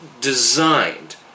Designed